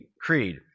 creed